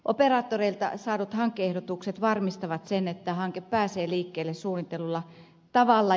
operaattoreilta saadut hanke ehdotukset varmistavat sen että hanke pääsee liikkeelle suunnitellulla tavalla